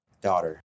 Daughter